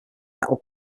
metal